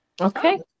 Okay